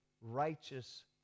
righteous